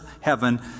heaven